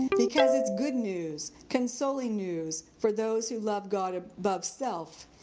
because it's good news, consoling news, for those who love god above self,